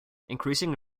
increasing